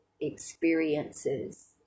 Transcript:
experiences